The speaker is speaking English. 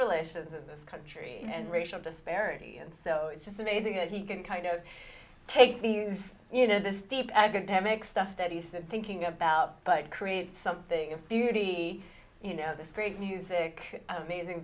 relations in this country and racial disparity and so it's just amazing that he can kind of take these you know this deep academic stuff that he said thinking about but create something if he you know this great new sick amazing